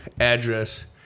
address